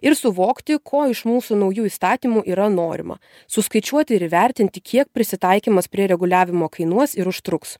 ir suvokti ko iš mūsų naujų įstatymų yra norima suskaičiuoti ir įvertinti kiek prisitaikymas prie reguliavimo kainuos ir užtruks